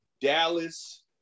Dallas –